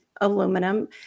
aluminum